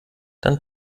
dann